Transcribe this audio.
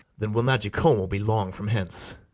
then will not jacomo be long from hence.